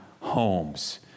homes